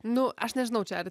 nu aš nežinau čia ar